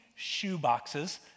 shoeboxes